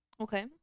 Okay